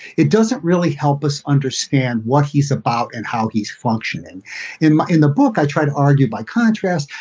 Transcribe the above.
it doesn't really help us understand what he's about and how he's functioning in in the book. i try to argue, by contrast,